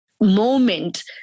moment